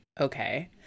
okay